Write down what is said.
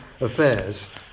affairs